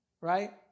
Right